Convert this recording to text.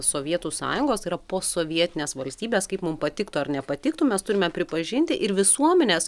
sovietų sąjungos tai yra posovietinės valstybės kaip mum patiktų ar nepatiktų mes turime pripažinti ir visuomenės